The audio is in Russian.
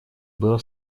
было